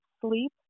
sleep